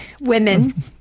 Women